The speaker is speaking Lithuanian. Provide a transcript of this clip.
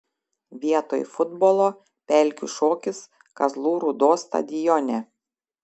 vietoj futbolo pelkių šokis kazlų rūdos stadione